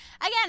Again